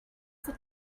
for